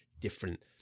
different